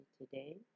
today